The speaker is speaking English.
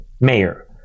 Mayor